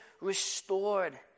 restored